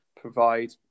provide